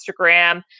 instagram